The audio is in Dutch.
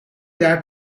jaar